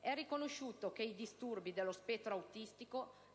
È riconosciuto che i disturbi dello spettro autistico